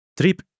trip